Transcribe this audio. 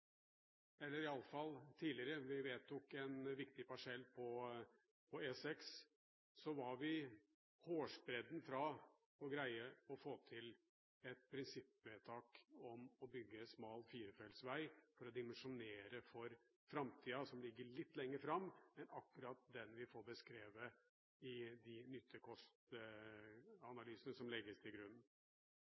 eller i alle fall en gang tidligere, vi vedtok en viktig parsell på E6, var vi hårsbredden fra å greie å få til et prinsippvedtak om å bygge smal firefeltsvei for å dimensjonere for framtiden som ligger litt lenger fram enn akkurat den vi får beskrevet i de nytte-kost-analysene som legges til grunn.